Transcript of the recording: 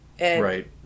right